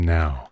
now